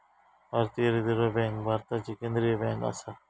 भारतीय reserve bank भारताची केंद्रीय बँक आसा